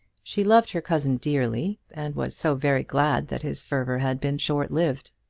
she loved her cousin dearly, and was so very glad that his fervour had been short-lived!